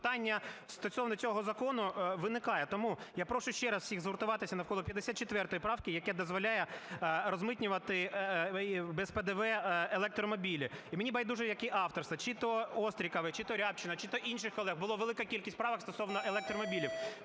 питання стосовно цього закону виникає. Тому я прошу ще раз всіх згуртуватися навколо 54 правки, яка дозволяє розмитнювати без ПДВ електромобілі. І мені байдуже, яке авторство: чи то Острікової, чи то Рябчина, чи то інших колег. Була велика кількість правок стосовно електромобілів.